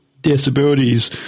disabilities